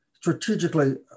strategically